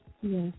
Yes